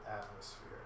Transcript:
atmosphere